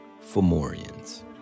Fomorians